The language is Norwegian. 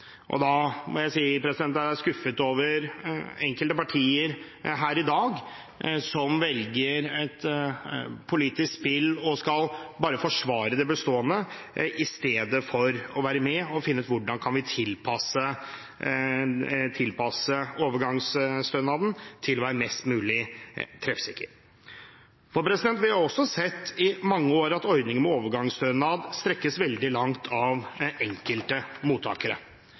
ønsker. Da må jeg si at jeg er skuffet over enkelte partier her i dag som velger et politisk spill og bare skal forsvare det bestående i stedet for å være med og finne ut hvordan vi kan tilpasse overgangsstønaden til å være mest mulig treffsikker. Vi har også sett i mange år at ordningen med overgangsstønad strekkes veldig langt av enkelte mottakere.